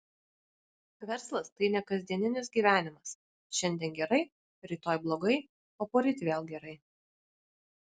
verslas tai ne kasdieninis gyvenimas šiandien gerai rytoj blogai o poryt vėl gerai